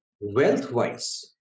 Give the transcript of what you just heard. Wealth-wise